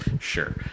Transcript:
sure